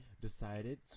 decided